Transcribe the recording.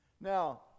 Now